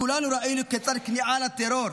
כולנו ראינו כיצד כניעה לטרור,